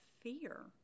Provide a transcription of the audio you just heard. fear